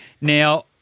Now